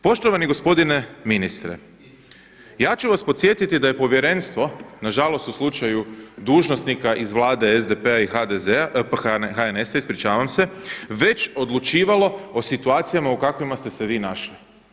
Poštovani gospodine ministre, ja ću vas podsjetiti da je Povjerenstvo na žalost u slučaju dužnosnika iz Vlade SDP-a i HDZ-a, HNS-a ispričavam se, već odlučivalo o situacijama u kakvima ste se vi našli.